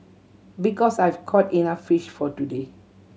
because I've caught enough fish for today